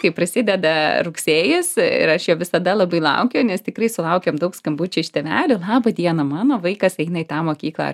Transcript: kai prasideda rugsėjis ir aš jo visada labai laukiu nes tikrai sulaukiam daug skambučių iš tėvelių laba diena mano vaikas eina į tą mokyklą